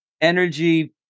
energy